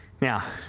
Now